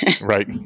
right